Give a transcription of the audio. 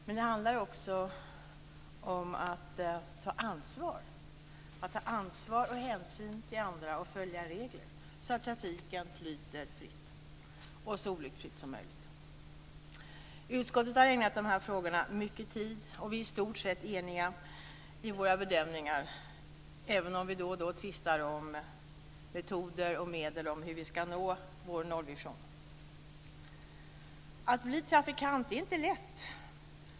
Men det rör sig också om att ta ansvar, att visa hänsyn till andra och att följa regler, så att trafiken flyter så olycksfritt som möjligt. Utskottet har ägnat de här frågorna mycket tid, och vi är i stort sett eniga i våra bedömningar, även om vi då och då tvistar om metoder och medel för att nå vår nollvision. Det är inte lätt att bli trafikant.